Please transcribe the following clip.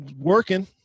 working